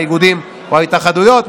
על האיגודים או ההתאחדויות,